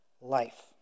life